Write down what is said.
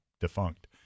defunct